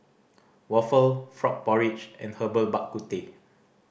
waffle frog porridge and Herbal Bak Ku Teh